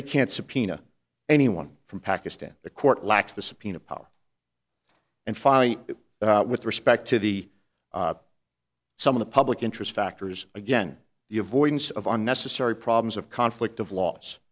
they can't subpoena anyone from pakistan the court lacks the subpoena power and fight it with respect to the some of the public interest factors again the avoidance of unnecessary problems of conflict of laws